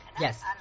Yes